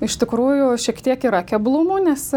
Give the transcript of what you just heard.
iš tikrųjų šiek tiek yra keblumų nes